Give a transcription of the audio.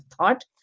thought